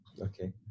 Okay